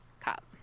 Cup